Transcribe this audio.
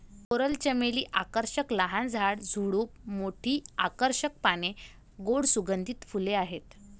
coral चमेली आकर्षक लहान झाड, झुडूप, मोठी आकर्षक पाने, गोड सुगंधित फुले आहेत